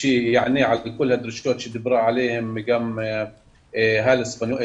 שיענה על כל הדרישות שדיברה עליהן גם נבילה אספניולי